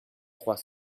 trois